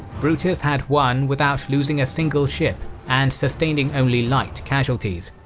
brutus had won without losing a single ship and sustaining only light casualties,